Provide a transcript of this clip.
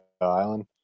Island